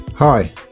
Hi